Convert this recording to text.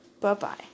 Bye-bye